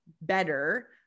better